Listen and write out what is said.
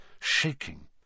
shaking